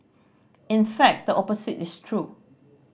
in fact the opposite is true